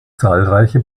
zahlreiche